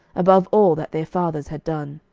above all that their fathers had done.